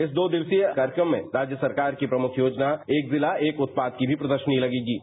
इस दो दिवसीय प्रदर्शनी में राज्य सरकार की प्रमुख योजना एक जिला एक उत्पाद की भी प्रदर्शनी लगाई गई है